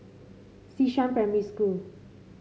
Xishan Primary School